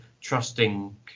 trusting